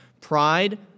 Pride